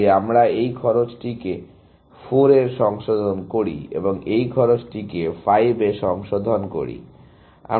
তাই আমরা এই খরচটিকে 4 এ সংশোধন করি এবং এই খরচটিকে 5 এ সংশোধন করি